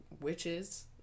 witches